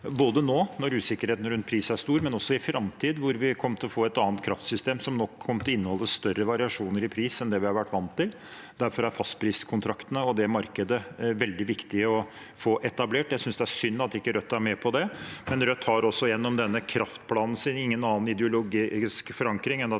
både nå når usikkerheten rundt pris er stor, og også i framtiden når vi kommer til å få et annet kraftsystem som nok kommer til å inneholde større variasjoner i pris enn det vi har vært vant til. Derfor er fastpriskontraktene og det markedet veldig viktig å få etablert. Jeg synes det er synd at Rødt ikke er med på det, men Rødt har gjennom denne kraftplanen sin ingen annen ideologisk forankring enn at